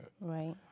Right